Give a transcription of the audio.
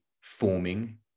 forming